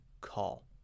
call